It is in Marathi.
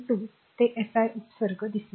2 ते एसआय उपसर्ग दिसेल